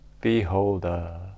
beholder